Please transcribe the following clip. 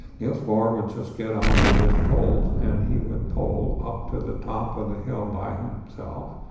niels bohr would just get on with his poles and he would pole up to the top of the hill by himself,